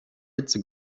hitze